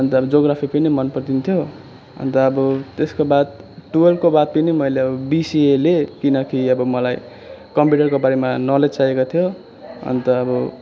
अन्त अब जोग्रफी पनि मन पर्थ्यो अन्त अब त्यसको बाद टुवेल्भको बाद पनि मैले बिसिए लिएँ किनकि अब मलाई कम्प्युटरको बारेमा नलेज चाहिएको थियो अन्त अब